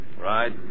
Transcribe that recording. Right